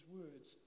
words